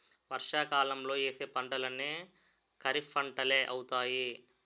వర్షాకాలంలో యేసే పంటలన్నీ ఖరీఫ్పంటలే అవుతాయి